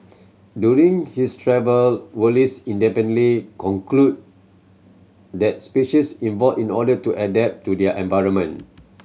during his travel Wallace independently concluded that species evolve in order to adapt to their environment